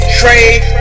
trade